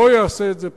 לא יעשה את זה פה.